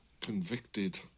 convicted